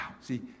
see